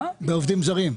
בוועדה לעובדים זרים.